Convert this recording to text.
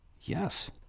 Yes